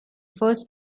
first